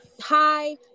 Hi